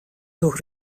ظهر